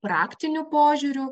praktiniu požiūriu